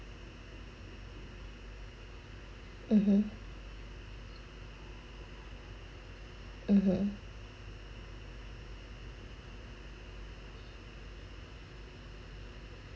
(uh huh) (uh huh)